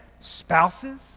spouses